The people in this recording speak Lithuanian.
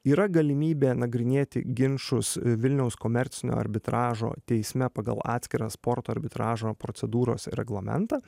yra galimybė nagrinėti ginčus vilniaus komercinio arbitražo teisme pagal atskirą sporto arbitražo procedūros reglamentą